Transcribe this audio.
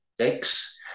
six